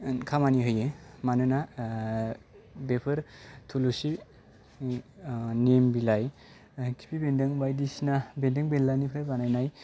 खामानि होयो मानोना बेफोर थुलुसि निम बिलाइ खिफिबेन्दों बायदिसिना बेन्दों बेनलानिफ्राय बानायनाय